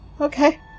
Okay